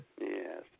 Yes